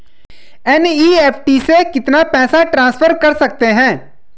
NEFT से कितना पैसा ट्रांसफर कर सकते हैं?